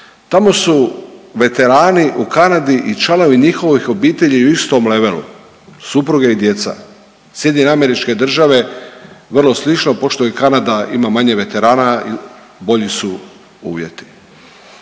Tamo su veterani u Kanadi i članovi njihovih obitelji u istom levelu supruge i djeca. Sjedinjene Američke Države vrlo slično. Pošto Kanada ima manje veterana i bolji su uvjeti.